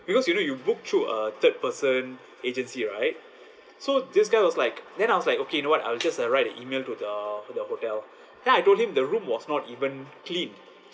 because you know you book through a third person agency right so this guy was like then I was like okay you know what I will just write a email to the the hotel then I told him the room was not even cleaned